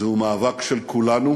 זהו מאבק של כולנו,